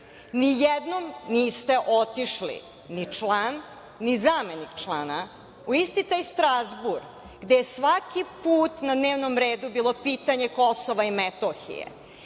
nijednom niste otišli ni član, ni zamenik člana u isti taj Strazbur gde je svaki put na dnevnom redu bilo pitanje Kosova i Metohije.